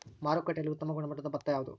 ಮಾರುಕಟ್ಟೆಯಲ್ಲಿ ಉತ್ತಮ ಗುಣಮಟ್ಟದ ಭತ್ತ ಯಾವುದು?